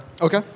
Okay